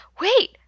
Wait